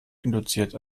induziert